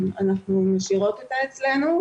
אנחנו משאירות אותה אצלנו,